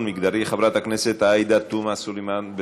מגדרי חברת הכנסת עאידה תומא סלימאן.